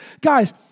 Guys